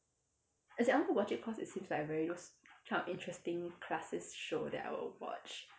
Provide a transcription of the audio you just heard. as in I want to watch it cause it seems like a very those kind of interesting show that I will watch